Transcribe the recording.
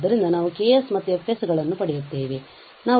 ಆದ್ದರಿಂದ ನಾವು K ಮತ್ತು F ಗಳನ್ನು ಪಡೆಯುತ್ತೇವೆ